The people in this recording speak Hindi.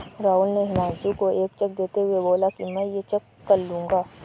राहुल ने हुमांशु को एक चेक देते हुए बोला कि मैं ये चेक कल लूँगा